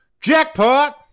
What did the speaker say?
jackpot